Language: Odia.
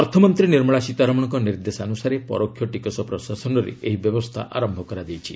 ଅର୍ଥମନ୍ତ୍ରୀ ନିର୍ମଳା ସୀତାରମଣଙ୍କ ନିର୍ଦ୍ଦେଶାନୁସାରେ ପରୋକ୍ଷ ଟିକସ ପ୍ରଶାସନରେ ଏହି ବ୍ୟବସ୍ଥା ଆରମ୍ଭ କରାଯାଇଛି